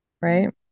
Right